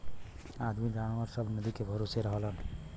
आदमी जनावर सब नदी के भरोसे रहलन